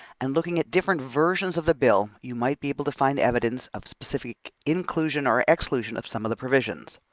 and looking at different versions of the bill you might be able to find evidence of specific inclusion or exclusion of some of the provisions.